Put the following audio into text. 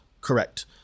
Correct